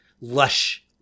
lush